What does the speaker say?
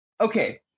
Okay